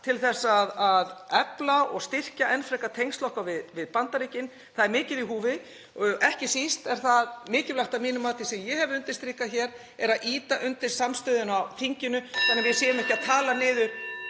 til að efla og styrkja enn frekar tengsl okkar við Bandaríkin. Það er mikið í húfi og ekki síst er það mikilvægt að mínu mati, sem ég hef undirstrikað hér, að ýta undir samstöðu á þinginu þannig að við séum ekki að tala niður